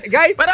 Guys